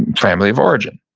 and family of origin.